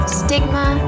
stigma